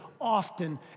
often